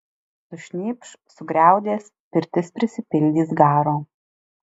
sušnypš sugriaudės pirtis prisipildys garo